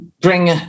bring